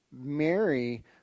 Mary